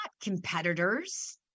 competitors